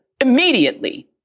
immediately